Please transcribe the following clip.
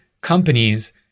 companies